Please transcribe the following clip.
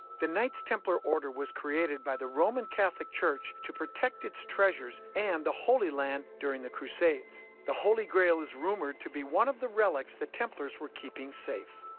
the knights templar order was created by the roman catholic church to protect its treasures and the holy land during the crusades. the holy grail is rumored to be one of the relics the templars were keeping safe.